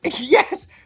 Yes